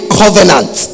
covenant